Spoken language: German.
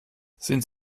sind